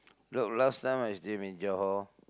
look last time I stay in Johor